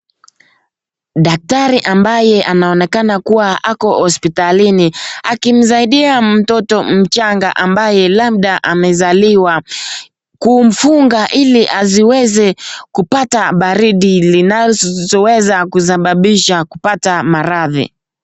Daktari ambaye anaonekana kuwa Ako hospitalini, akimsaidia mtoto mchanga ambaye labda amezaliwa, kumfunga ili haziweze kupata baridi linazoweza kusababisha kupata maradhi.